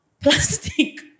plastic